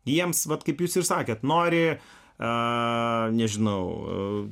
jiems vat kaip jūs ir sakėt nori nežinau